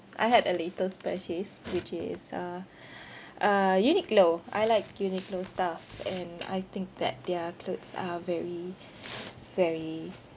I had a latest purchase which is uh uh Uniqlo I like Uniqlo stuff and I think that their clothes are very very